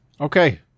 Okay